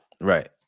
Right